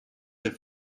der